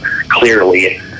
clearly